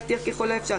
יבטיח ככל האפשר,